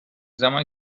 زمانی